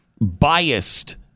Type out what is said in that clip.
biased